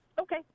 Okay